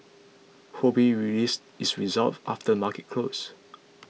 Ho Bee released its results after the market closed